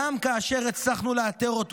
גם כאשר הצלחנו לאתר אותו,